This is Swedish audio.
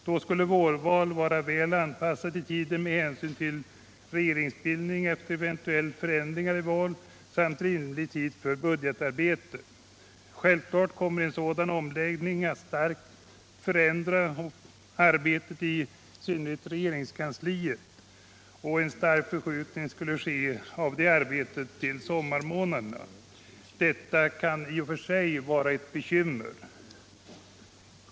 Då skulle vårval vara väl anpassat i tiden med hänsyn till regeringsbildning efter eventuella förändringar i valet och ge rimlig tid för budgetarbetet. Självklart kommer en sådan omläggning att starkt förändra arbetet, särskilt i regeringskansliet med en stark förskjutning till sommarmånaderna. Detta kan i och för sig vara ett bekymmer.